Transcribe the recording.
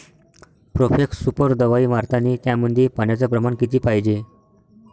Profex super दवाई मारतानी त्यामंदी पान्याचं प्रमाण किती पायजे?